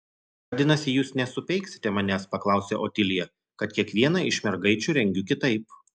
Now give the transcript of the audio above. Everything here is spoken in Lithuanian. vadinasi jūs nesupeiksite manęs paklausė otilija kad kiekvieną iš mergaičių rengiu kitaip